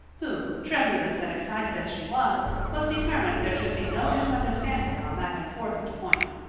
who, tremulous and excited as she was, was determined there should be no misunderstanding on that important point.